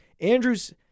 Andrews